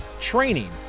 training